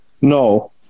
No